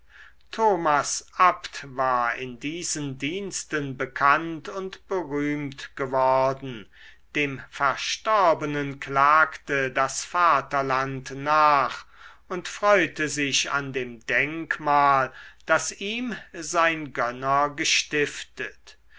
thomas abbt war in diesen diensten bekannt und berühmt geworden dem verstorbenen klagte das vaterland nach und freute sich an dem denkmal das ihm sein gönner gestiftet